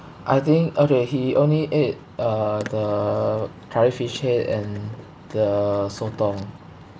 I think okay he only ate uh the curry fish head and the sotong